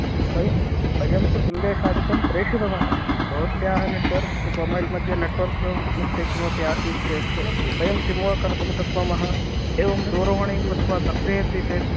वयं वयं तु सन्देशादिकं प्रेषितं अस्ति भवत्याः नेट्वर्क् मोबैल् मध्ये नेट्वर्क् मिस्टेक् किमपि आसीत् चेत् वयं किं वा कर्तुं शक्नुमः एवं दूरवाणीं कृत्त्वा तर्जयन्ति चेत्